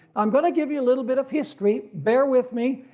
i'm going to give you a little bit of history, bear with me.